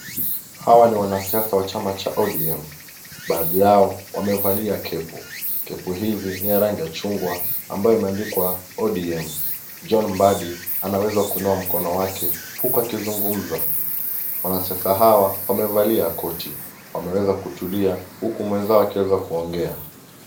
Hawa ni wanasiasa wa chama cha ODM. Baadhi yao wamevalia kepu . Kepu hizi ni ya rangi ya chungwa ambayo imeandikwa ODM. John Mbadi anaweza kuinua mkono wake huku akizungumza. Wanasiasa hawa wamevalia koti. Wameweza kutulia huku mwenzao akiweza kuongea.